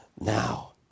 now